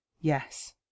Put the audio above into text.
Yes